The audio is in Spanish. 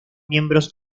miembros